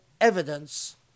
evidence